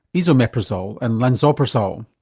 esomeprazole and lansoprazole.